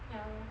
ya lor